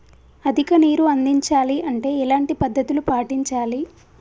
అధిక నీరు అందించాలి అంటే ఎలాంటి పద్ధతులు పాటించాలి?